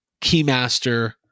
Keymaster